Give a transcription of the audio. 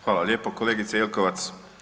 Hvala lijepo kolegice Jelkovac.